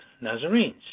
Nazarenes